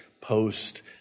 post